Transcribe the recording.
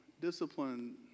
discipline